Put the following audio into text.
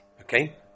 Okay